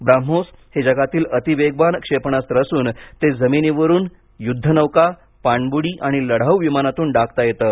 ब्राम्होस हे जगातील अतिवेगवान क्षेपणास्त्र असून ते जमिनीवरून युद्ध नौका पाणबुडी आणि लढाऊ विमानातून डागता येतं